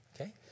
Okay